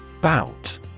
Bout